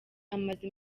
amaze